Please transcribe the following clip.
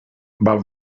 val